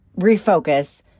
refocus